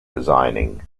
resigning